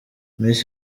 miss